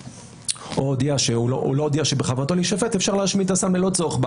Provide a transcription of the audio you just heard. להתייחס, להתייחס לנושא.